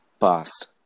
Past